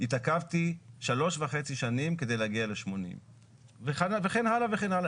התעכבתי 3.5 שנים כדי להגיע ל-80 וכן הלאה וכן הלאה.